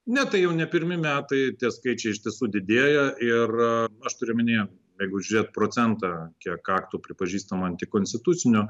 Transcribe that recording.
ne tai jau ne pirmi metai tie skaičiai iš tiesų didėja ir aš turiu omenyje jeigu žiūrėt procentą kiek aktų pripažįstama antikonstituciniu